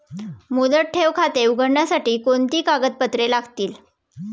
मुदत ठेव खाते उघडण्यासाठी कोणती कागदपत्रे लागतील?